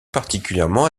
particulièrement